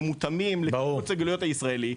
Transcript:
שמותאמים לקיבוץ הגלויות הישראלי.